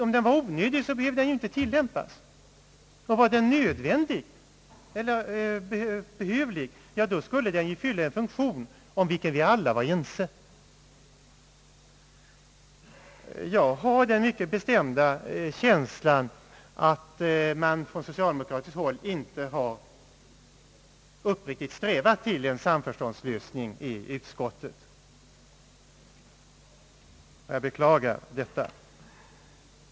Om den var onödig behövde den inte tillämpas, och om den var nödvändig skulle den fylla en funktion, om vilken vi alla var ense. Jag har den mycket bestämda känslan att man från socialdemokratiskt håll inte uppriktigt har strävat till en samförståndslösning i utskottet, och jag beklagar detta.